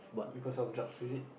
because of drugs is it